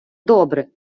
добре